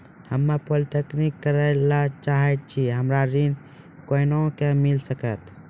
हम्मे पॉलीटेक्निक करे ला चाहे छी हमरा ऋण कोना के मिल सकत?